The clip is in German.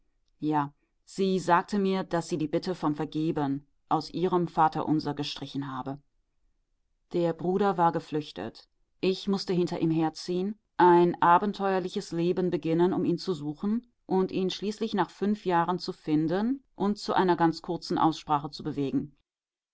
ja sie sagte mir daß sie die bitte vom vergeben aus ihrem vaterunser gestrichen habe der bruder war geflüchtet ich mußte hinter ihm herziehen ein abenteuerliches leben beginnen um ihn zu suchen und ihn schließlich nach fünf jahren zu finden und zu einer ganz kurzen aussprache zu bewegen